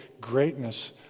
greatness